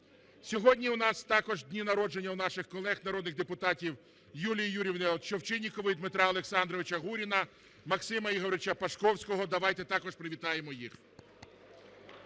Сьогодні у нас також дні народження наших колег народних депутатів Юлії Юріївни Овчинникової, Дмитра Олександровича Гуріна, Максима Ігоровича Пашковського. Давайте також привітаємо їх.